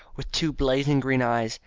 with two blazing green eyes,